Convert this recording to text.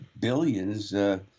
billions